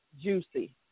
juicy